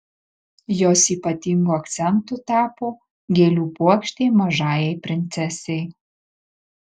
jos ypatingu akcentu tapo gėlių puokštė mažajai princesei